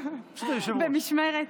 במשמרת,